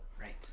Right